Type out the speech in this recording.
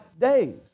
days